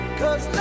cause